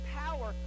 power